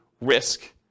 risk